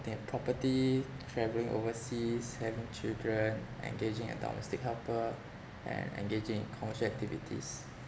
getting a property travelling overseas having children engaging a domestic helper and engaging in commercial activities